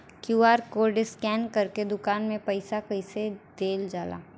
QR code scan करके दुकान में पईसा कइसे देल जाला?